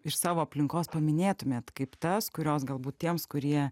iš savo aplinkos paminėtumėt kaip tas kurios galbūt tiems kurie